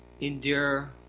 endure